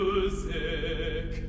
Music